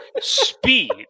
Speed